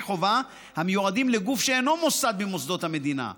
חובה המיועדים לגוף שאינו מוסד ממוסדות המדינה.